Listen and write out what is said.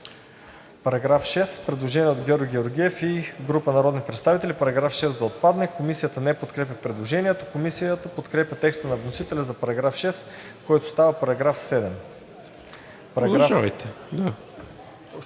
параграф 6 има предложение от Георги Георгиев и група народни представители § 6 да отпадне. Комисията не подкрепя предложението. Комисията подкрепя текста на вносителя за § 6, който става § 7. По параграф